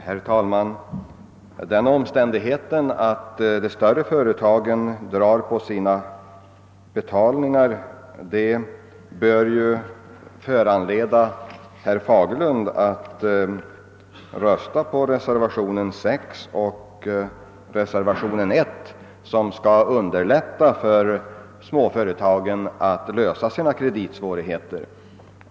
Herr talman! Den omständigheten att de större företagen drar på sina betalningar bör ju föranleda herr Fagerlund att rösta på reservationen 6 och reservationen 1, vilka innebär att man skall underlätta för småföretagen att lösa sina kreditproblem.